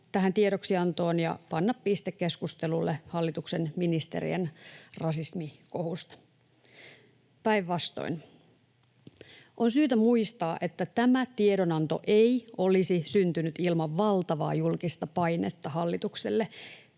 tähän tiedoksiantoon ja panna piste keskustelulle hallituksen ministerien rasismikohusta. Päinvastoin. On syytä muistaa, että tämä tiedonanto ei olisi syntynyt ilman valtavaa julkista painetta hallitukselle.